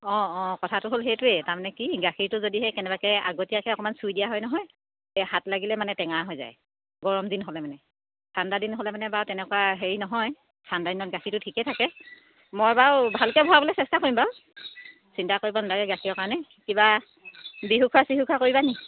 অঁ অঁ কথাটো হ'ল সেইটোৱে তাৰমানে কি গাখীৰটো যদি সেই কেনেবাকৈ আগতীয়াকৈ অকণমান চুই দিয়া হয় নহয় হাত লাগিলে মানে টেঙা হৈ যায় গৰম দিন হ'লে মানে ঠাণ্ডা দিন হ'লে মানে বাৰু তেনেকুৱা হেৰি নহয় ঠাণ্ডা দিনত গাখীৰটো ঠিকে থাকে মই বাৰু ভালকৈ ভৰাবলৈ চেষ্টা কৰিম বাৰু চিন্তা কৰিব নালাগে গাখীৰৰ কাৰণে কিবা বিহু খোৱা চিহু খোৱা কৰিব নেকি